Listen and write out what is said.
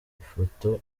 ifoto